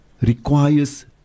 requires